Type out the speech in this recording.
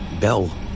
Bell